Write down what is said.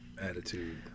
attitude